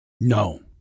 No